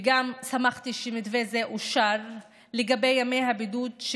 וגם שמחתי שמתווה זה אושר לגבי ימי הבידוד.